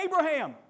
Abraham